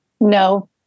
no